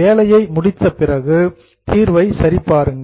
வேலையை முடித்த பிறகு சொல்யூஷன் தீர்வை சரிபாருங்கள்